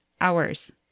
hours